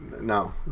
No